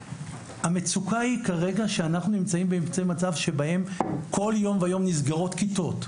המצוקה היא כרגע שאנחנו בפני מצב שבהם כל יום ויום נסגרות כיתות.